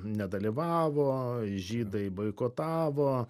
nedalyvavo žydai boikotavo